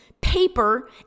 paper